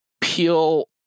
peel